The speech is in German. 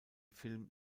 film